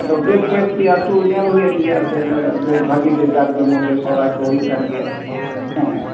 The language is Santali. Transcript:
ᱟᱫᱚ ᱵᱮᱥ ᱠᱚᱭᱮᱠᱴᱤ ᱟᱹᱛᱩ ᱧᱮᱞ ᱦᱩᱭᱮᱱ ᱜᱮᱭᱟ ᱮᱱᱛᱮᱫ ᱵᱮᱥ ᱵᱷᱟᱹᱜᱤ ᱜᱮ ᱡᱟᱸᱠ ᱡᱚᱢᱚᱠ ᱜᱮ ᱥᱚᱦᱚᱨᱟᱭ ᱠᱚ ᱦᱩᱭᱩᱜ ᱠᱟᱱ ᱜᱮᱭᱟ ᱦᱮᱸ